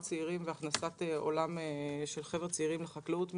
צעירים והכנסת עולם של חבר'ה צעירים לחקלאות,